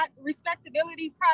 respectability